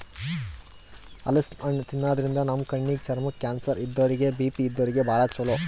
ಹಲಸಿನ್ ಹಣ್ಣ್ ತಿನ್ನಾದ್ರಿನ್ದ ನಮ್ ಕಣ್ಣಿಗ್, ಚರ್ಮಕ್ಕ್, ಕ್ಯಾನ್ಸರ್ ಇದ್ದೋರಿಗ್ ಬಿ.ಪಿ ಇದ್ದೋರಿಗ್ ಭಾಳ್ ಛಲೋ